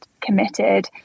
committed